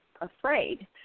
afraid